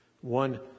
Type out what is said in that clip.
One